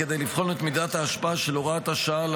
כדי לבחון את מידת ההשפעה של הוראת השעה על